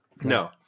No